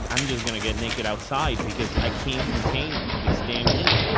i'm just going to get naked outside because i can't contain this damn heat.